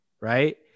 right